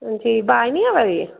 हां जी आवाज नि आवै दी